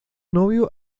novio